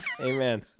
Amen